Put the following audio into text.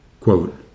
Quote